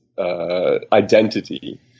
Identity